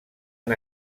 han